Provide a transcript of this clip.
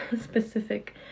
specific